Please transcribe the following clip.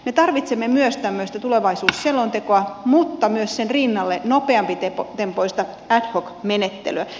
me tarvitsemme myös tämmöistä tulevaisuusselontekoa mutta myös sen rinnalle nopeampitempoista ad hoc menettelyä